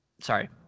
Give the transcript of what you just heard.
sorry